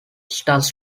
stars